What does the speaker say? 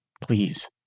please